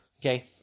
Okay